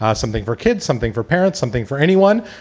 ah something for kids, something for parents, something for anyone.